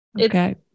Okay